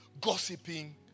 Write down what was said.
gossiping